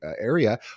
area